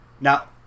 Now